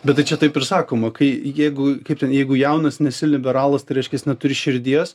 bet tai čia taip ir sakoma kai jeigu kaip ten jeigu jaunas nesi liberalas tai reiškias neturi širdies